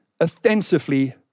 Offensively